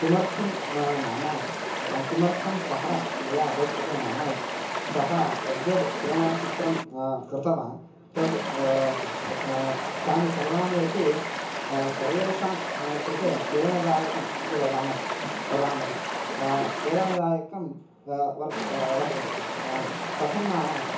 किमर्थं नाम किमर्थं सः मया रोचते नाम सः यद्यद् चलनचित्रं कृतवान् तद् स् तानि सर्वाणि अपि सर्वेषां कृते प्रेरणादायकम् इति वदामः वदामः प्रेरणादायकं वर्त् वर्तते कथं नाम